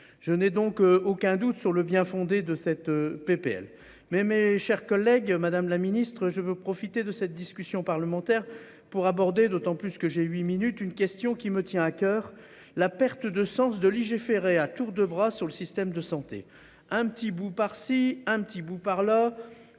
Je n'ai donc aucun doute sur le bien-fondé de cette PPL mais mes chers collègues. Madame la Ministre je veux profiter de cette discussion parlementaire pour aborder d'autant plus que j'ai 8 minutes, une question qui me tient à coeur, la perte de sens de légiférer à tour de bras sur le système de santé. Un petit bout par ci, un petit bout par là.